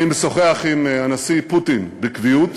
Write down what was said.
אני משוחח עם הנשיא פוטין בקביעות